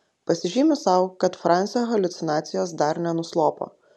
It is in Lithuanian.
pasižymiu sau kad francio haliucinacijos dar nenuslopo